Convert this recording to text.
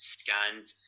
scanned